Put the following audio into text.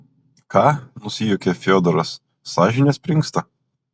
ką nusijuokė fiodoras sąžinė springsta